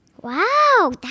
Wow